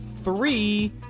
Three